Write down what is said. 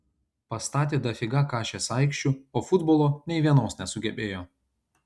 pastatė dafiga kašės aikščių o futbolo nei vienos nesugebėjo